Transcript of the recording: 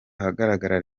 ahagaragara